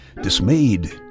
dismayed